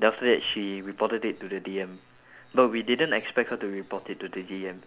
then after that she reported it to the D_M no we didn't expect her to report it to the D_M